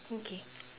okay